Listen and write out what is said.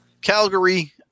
Calgary